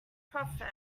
prophet